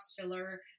filler